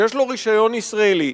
שיש לו רשיון ישראלי.